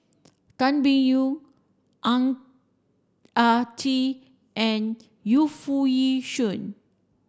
Tan Biyun Ang Ah Tee and Yu Foo Yee Shoon